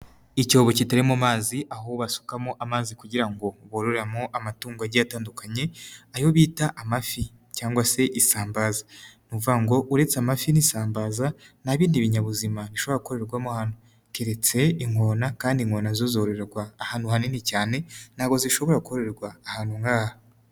icyobo kitari mo mazi aho basukamo amazi kugira ngo bororeremo amatungo agiye atandukanye ayo bita amafi cyangwa se isambaza, ni ukuvuga ngo uretse amafi n'isambaza nta bindi binyabuzima bishobora kororerwamo hano keretse ingona kandi ingona nazo zororerwa ahantu hanini cyane, ntabwo zishobora kororerwa ahantu nk'aha.